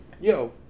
Yo